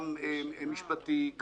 גם משפטי,